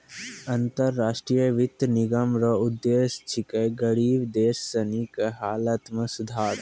अन्तर राष्ट्रीय वित्त निगम रो उद्देश्य छिकै गरीब देश सनी के हालत मे सुधार